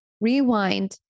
rewind